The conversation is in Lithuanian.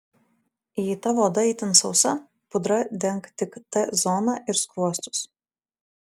jei tavo oda itin sausa pudra denk tik t zoną ir skruostus